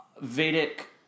Vedic